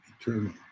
eternal